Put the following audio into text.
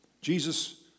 Jesus